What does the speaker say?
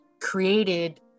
created